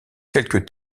quelques